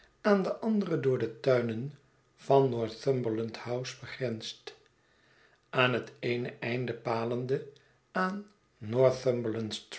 aan de andere door de tuinen van northumberland house begrensd aan het eene einde palende aan